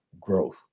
growth